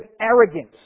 arrogance